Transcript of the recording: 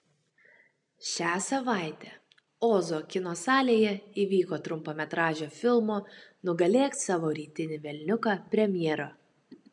šią savaitę ozo kino salėje įvyko trumpametražio filmo nugalėk savo rytinį velniuką premjera